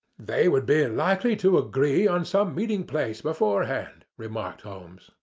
they would be likely to agree on some meeting-place beforehand, remarked holmes.